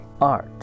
art